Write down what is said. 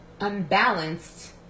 unbalanced